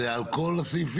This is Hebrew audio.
זה על כל הסעיפים?